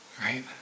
right